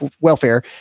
welfare